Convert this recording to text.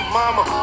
mama